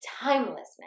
timelessness